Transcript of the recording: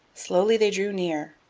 slowly they drew near,